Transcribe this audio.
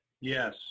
Yes